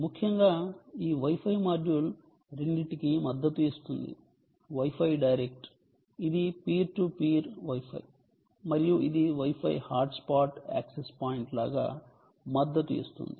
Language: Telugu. ముఖ్యంగా ఈ వై ఫై మాడ్యూల్ రెండింటికి మద్దతు ఇస్తుంది వై ఫై డైరెక్ట్ ఇది పీర్ టు పీర్వై ఫై మరియు ఇది wifi hotspot access point లాగా మద్దతు ఇస్తుంది